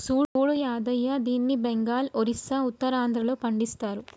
సూడు యాదయ్య దీన్ని బెంగాల్, ఒరిస్సా, ఉత్తరాంధ్రలో పండిస్తరు